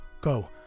Go